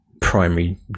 primary